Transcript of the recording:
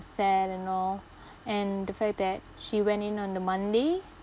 sad and all and the fact that she went in on the monday